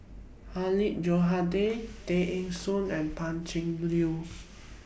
Hilmi Johandi Tay Eng Soon and Pan Cheng Lui